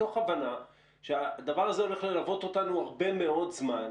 מתוך הבנה שהדבר הזה הולך ללוות אותנו הרבה מ אוד זמן,